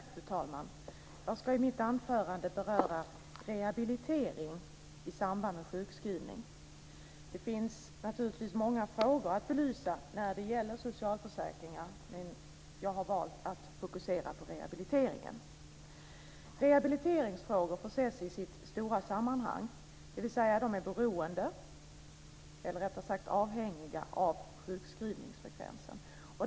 Fru talman! Jag ska i mitt anförande beröra rehabilitering i samband med sjukskrivning. Det finns naturligtvis många frågor att belysa när det gäller socialförsäkringar, men jag har valt att fokusera på rehabiliteringen. Rehabiliteringsfrågor får ses i sitt stora sammanhang. De är beroende, eller rättare sagt avhängiga, av sjukskrivningsfrekvensen.